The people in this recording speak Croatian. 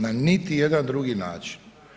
Na niti jedan drugi način.